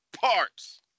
parts